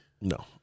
No